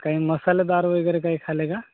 काही मसालेदार वगैरे काही खाल्ले का